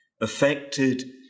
affected